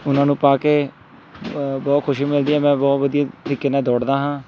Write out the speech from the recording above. ਉਹਨਾਂ ਨੂੰ ਪਾ ਕੇ ਬਹੁਤ ਖੁਸ਼ੀ ਮਿਲਦੀ ਹੈ ਮੈਂ ਬਹੁਤ ਵਧੀਆ ਤਰੀਕੇ ਨਾਲ ਦੌੜਦਾ ਹਾਂ